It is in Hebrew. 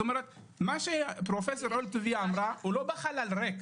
כלומר מה שפרופ' אלטוביה אמרה לא בחלל ריק.